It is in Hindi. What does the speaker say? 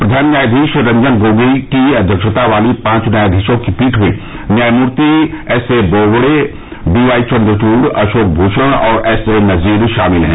प्रधान न्यायाधीश रंजन गोगोई की अध्यक्षता वाली पांच न्यायाधीशों की पीठ में न्यायमूर्ति S A Bobde D Y Chandrachud Ashok Bhushan और एसए नजीर शामिल हैं